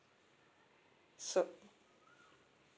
so